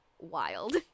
wild